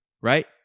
right